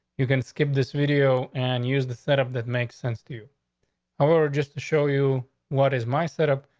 you can skip this video and use the set up. that makes sense to you. i were were just to show you what is my set up.